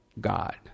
God